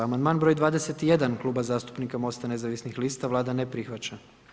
Amandman broj 21 Kluba zastupnika Mosta nezavisnih lista, Vlada ne prihvaća.